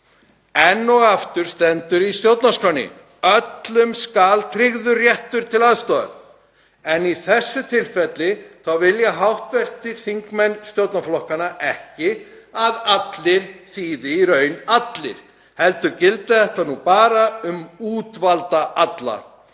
Enn og aftur, það stendur í stjórnarskránni að öllum skuli tryggður réttur til aðstoðar en í þessu tilfelli vilja hv. þingmenn stjórnarflokkanna ekki að allir þýði í raun allir, heldur gildir þetta nú bara um útvalda alla.